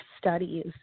studies